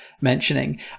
mentioning